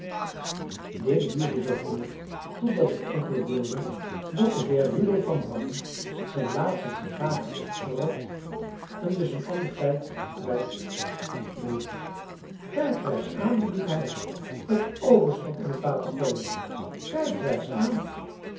dit duurde zoo voort totdat het ongeluk wilde dat de heer rudolf van brammen zijn laatste sigaar had uitgerookt en dus een ander tijdverdrijf behoefde kijk reis aan riep hij het overschot in t water gooiende kijk reis aan